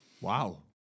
Wow